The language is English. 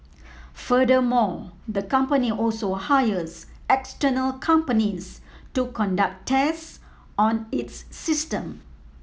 furthermore the company also hires external companies to conduct tests on its system